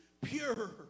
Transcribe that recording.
pure